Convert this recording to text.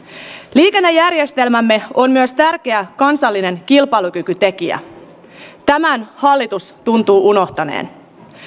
liikennejärjestelmämme on myös tärkeä kansallinen kilpailukykytekijä tämän hallitus tuntuu unohtaneen